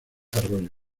arroyo